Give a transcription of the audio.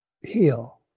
heal